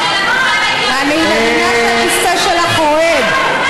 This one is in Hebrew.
אני מבינה שהכיסא שלך רועד.